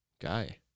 guy